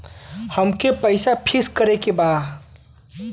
अमके पैसा फिक्स करे के बा?